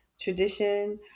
tradition